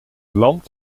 land